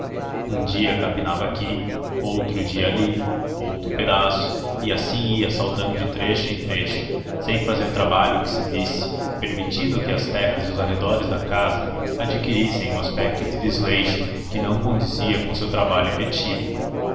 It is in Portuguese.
um dia capinava aqui noutro dia ali outro pedaço e assim ia saltando de trecho em trecho sem fazer trabalho que se visse permitindo que as terras e os arredores da casa adquirissem um aspecto de desleixo que não condizia com o seu trabalho efetivo